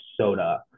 soda